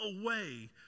away